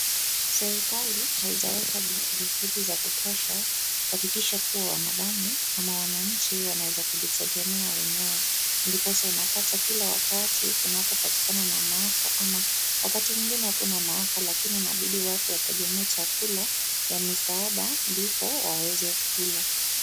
Serikali haijaweka juhudi za kutosha kuhakikisha kuwa wanadamu ama wananchi wanaweza kujitegemea wenyewe. Ndiposa unapata kila wakati kunapopatikana na maafa, ama wakati mwingine hakuna maafa lakini inabidi watu wategemee chakula ya misaada ndipo waweze kula.